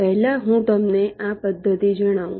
પહેલા હું તમને આ પદ્ધતિ જણાવું